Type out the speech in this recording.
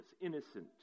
innocent